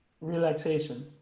Relaxation